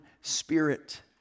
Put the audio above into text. spirit